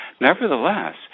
nevertheless